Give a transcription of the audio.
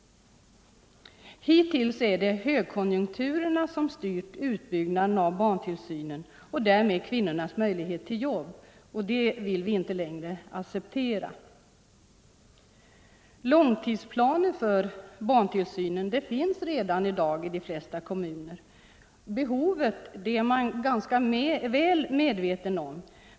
Hittills har högkonjunkturerna styrt utbyggnaden av barntillsynen och därmed kvinnornas möjlighet till jobb. Det vill vi inte längre acceptera. Långtidsplaner för barntillsynen finns redan i dag i de flesta kommuner, behovet är man ganska väl medveten om.